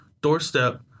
doorstep